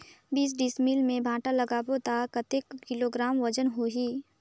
बीस डिसमिल मे भांटा लगाबो ता कतेक किलोग्राम वजन होही?